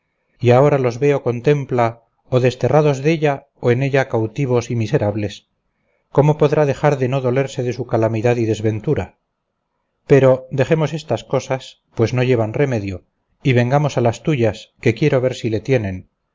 y ahora los ve o contempla o desterrados della o en ella cautivos y miserables cómo podrá dejar de no dolerse de su calamidad y desventura pero dejemos estas cosas pues no llevan remedio y vengamos a las tuyas que quiero ver si le tienen